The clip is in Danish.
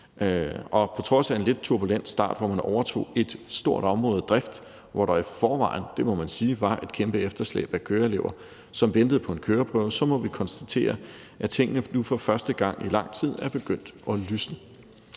og på trods af en lidt turbulent start, hvor man overtog et stort område af driften, hvor der i forvejen – det må man sige – var et kæmpe efterslæb af køreskoleelever, som ventede på en køreprøve, må vi konstatere, at det nu for første gang i lang tid er begyndt at lysne.